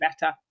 better